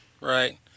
right